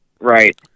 Right